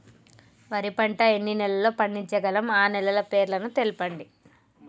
వరి పంట ఎన్ని నెలల్లో పండించగలం ఆ నెలల పేర్లను తెలుపండి?